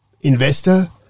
investor